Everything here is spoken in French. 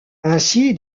ainsi